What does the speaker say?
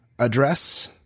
address